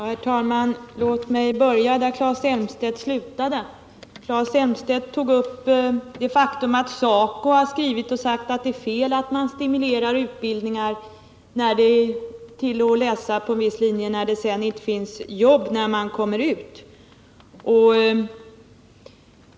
Herr talman! Låt mig börja där Claes Elmstedt slutade. Claes Elmstedt tog upp det faktum att SACO har skrivit och sagt att det är fel att stimulera människor till att läsa på vissa utbildningslinjer när det inte finns jobb då de kommer ut.